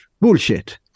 Bullshit